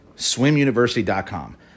swimuniversity.com